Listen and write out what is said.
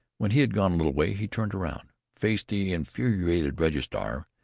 when he had gone a little way he turned around, faced the infuriated registrar,